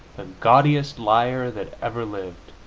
the gaudiest liar that ever lived.